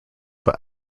but